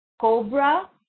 cobra